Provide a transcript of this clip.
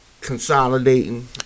consolidating